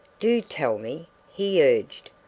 do tell me, he urged.